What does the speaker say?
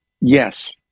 Yes